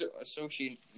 associate